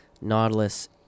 Nautilus